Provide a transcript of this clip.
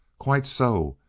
quite so.